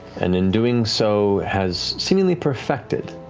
and in doing so has seemingly perfected,